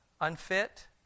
Unfit